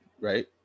right